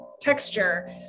texture